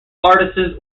artisans